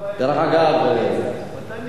אדוני מדבר על ראש הממשלה ואתה חבר קואליציה,